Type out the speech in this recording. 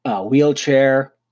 wheelchair